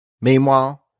Meanwhile